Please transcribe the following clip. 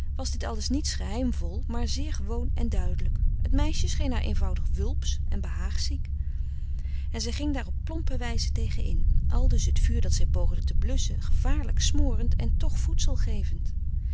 was dit alles niets geheimvol maar zeer gewoon en duidelijk het meisje scheen haar eenvoudig wulpsch en behaagziek en zij ging daar op plompe wijze tegen in aldus het vuur dat zij poogde te blusschen gevaarlijk smorend en toch voedsel gevend